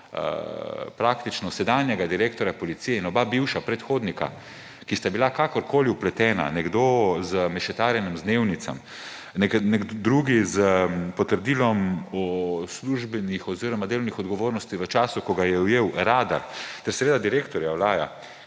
praktično sedanjega direktorja policije in oba bivša predhodnika, ki sta bila kakorkoli vpletena, nekdo z mešetarjenjem z dnevnicami, drugi s potrdilom o službenih oziroma delovnih odgovornosti v času, ko ga je ujel radar, te seveda direktorja Olaja,